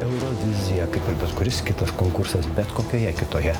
eurovizija kaip ir bet kuris kitas konkursas bet kokioje kitoje